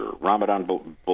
ramadan